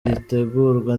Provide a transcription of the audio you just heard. gitegurwa